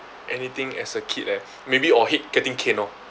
anything as a kid eh maybe orh hate getting caned orh